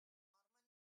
norman